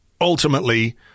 ultimately